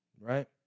right